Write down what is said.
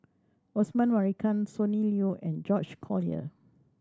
Osman Merican Sonny Liew and George Collyer